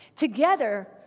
Together